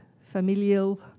familial